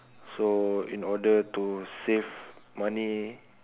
so in order to save money